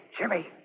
Jimmy